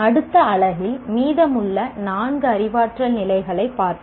அடுத்த அலகில் மீதமுள்ள நான்கு அறிவாற்றல் நிலைகளைப் பார்ப்போம்